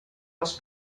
les